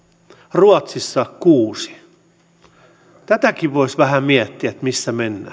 ruotsissa kuudennen tätäkin voisi vähän miettiä missä mennään